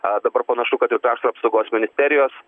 a dabar panašu kad ir krašto apsaugos ministerijos